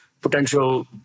potential